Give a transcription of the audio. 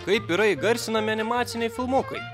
kaip yra įgarsinami animaciniai filmukai